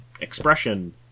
expression